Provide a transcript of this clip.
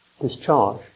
discharge